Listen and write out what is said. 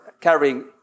carrying